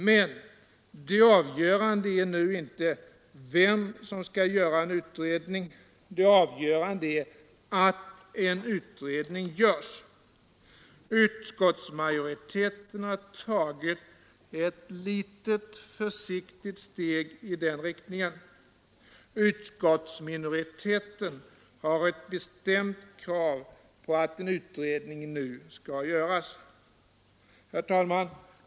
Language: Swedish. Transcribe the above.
Men det avgörande är nu inte vem som skall göra utredningen. Det avgörande är att en utredning görs. Utskottsmajoriteten har tagit ett litet försiktigt steg i den riktningen. Utskottsminoriteten har ett bestämt krav på att en utredning nu skall göras. Herr talman!